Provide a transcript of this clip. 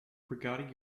regarding